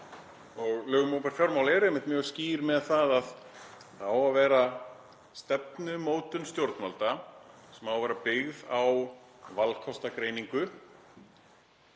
um. Lög um opinber fjármál eru mjög skýr um það að það á að vera stefnumótun stjórnvalda sem á að vera byggð á valkostagreiningu,